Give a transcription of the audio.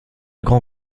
grand